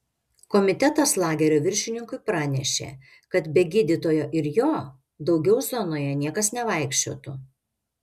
komitetas lagerio viršininkui pranešė kad be gydytojo ir jo daugiau zonoje niekas nevaikščiotų